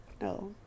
No